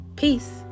Peace